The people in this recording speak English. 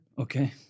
Okay